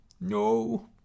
no